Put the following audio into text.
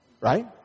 right